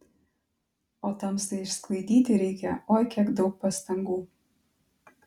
o tamsai išsklaidyti reikia oi kiek daug pastangų